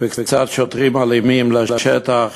וקצת שוטרים אלימים לשטח,